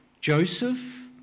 Joseph